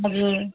हजुर